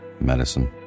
medicine